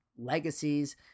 legacies